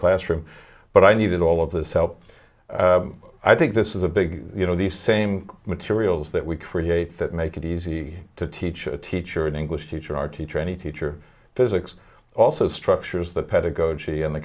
classroom but i needed all of this help i think this is a big you know the same materials that we create that make it easy to teach a teacher an english teacher our teacher any teacher physics also structures the pedagogy and the